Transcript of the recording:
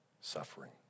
suffering